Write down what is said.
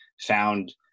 found